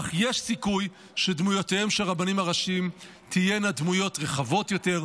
כך יש סיכוי שדמויותיהם של הרבנים הראשיים תהיינה דמויות רחבות יותר,